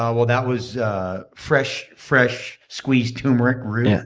um well, that was ah fresh-squeezed fresh-squeezed turmeric root. yeah,